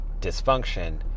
dysfunction